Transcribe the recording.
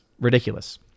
ridiculous